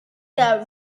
the